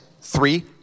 three